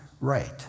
right